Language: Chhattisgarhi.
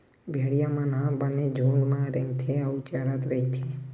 भेड़िया मन ह बने झूंड म रेंगथे अउ चरत रहिथे